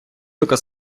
така